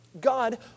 God